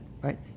right